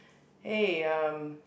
hey um